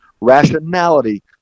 Rationality